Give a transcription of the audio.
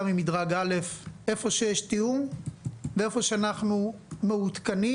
ממדרג א' איפה שיש תיאום ואיפה שאנחנו מעודכנים.